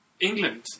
England